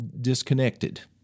disconnected